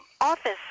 Office